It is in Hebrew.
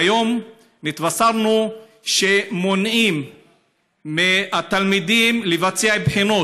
היום נתבשרנו שמונעים מהתלמידים לבצע בחינות.